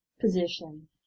position